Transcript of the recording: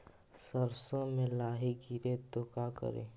सरसो मे लाहि गिरे तो का करि?